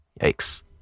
Yikes